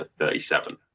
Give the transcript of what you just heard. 37